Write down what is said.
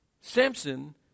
Samson